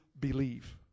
believe